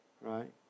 right